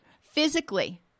physically